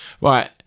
right